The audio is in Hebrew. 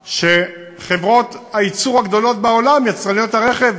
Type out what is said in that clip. שחברות הייצור הגדולות בעולם, יצרניות הרכב